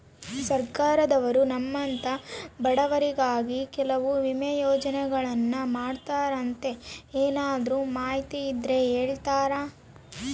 ಸರ್ಕಾರದವರು ನಮ್ಮಂಥ ಬಡವರಿಗಾಗಿ ಕೆಲವು ವಿಮಾ ಯೋಜನೆಗಳನ್ನ ಮಾಡ್ತಾರಂತೆ ಏನಾದರೂ ಮಾಹಿತಿ ಇದ್ದರೆ ಹೇಳ್ತೇರಾ?